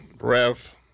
Rev